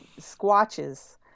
squatches